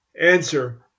Answer